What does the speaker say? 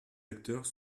acteurs